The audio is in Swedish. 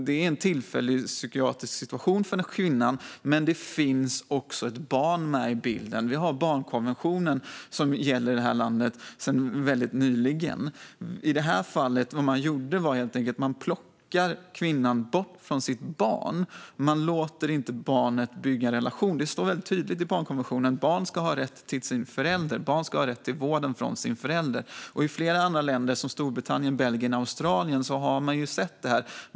Det är en tillfällig psykiatrisk situation för kvinnan, men det finns också ett barn med i bilden. Vi har barnkonventionen, som gäller i det här landet sedan väldigt nyligen. I det här fallet plockade man helt enkelt bort kvinnan från hennes barn och lät inte barnet bygga en relation. Det står väldigt tydligt i barnkonventionen att barn ska ha rätt till sin förälder och till vård från sin förälder. I flera andra länder, som Storbritannien, Belgien och Australien, har man sett det här.